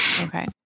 Okay